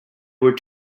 were